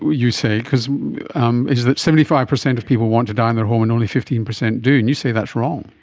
you say, um is that seventy five percent of people want to die in their home and only fifteen percent do, and you say that's wrong.